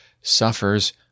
suffers